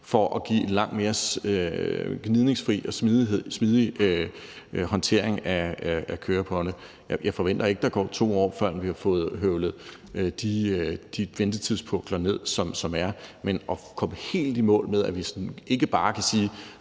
for at give en langt mere gnidningsfri og smidig håndtering af køreprøverne. Jeg forventer ikke, at der går 2 år, før vi har fået høvlet de ventetidspukler ned, som der er. Men i forhold til at komme helt i mål, så vi ikke bare kan sige,